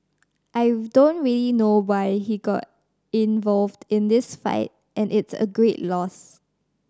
I don't really know why he got involved in this fight and it's a great loss